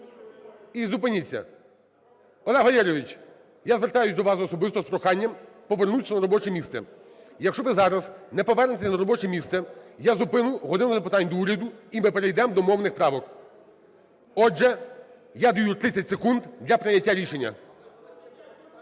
І зупиніться. Олег Валерійович, я звертаюсь до вас особисто з проханням повернутись на робоче місце. Якщо ви зараз не повернетесь на робоче місце, я зупиню "годину запитань до Уряду" і ми перейдемо до мовних правок. Отже, я даю 30 секунд для прийняття рішення.